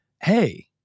Hey